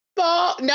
no